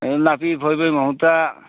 ꯑꯗꯨ ꯅꯥꯄꯤ ꯐꯣꯏꯕꯩ ꯃꯍꯨꯠꯇ